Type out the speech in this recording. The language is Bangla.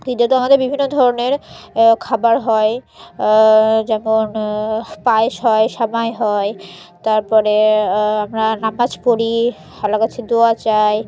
ঈদে তো আমাদের বিভিন্ন ধরনের খাবার হয় যেমন পায়েস হয় সামাই হয় তার পরে আমরা নামাজ পড়ি আল্লার কাছে দোয়া চাই